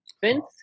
Vince